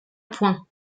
point